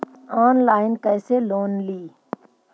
Online कैसे loan ली?